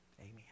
amen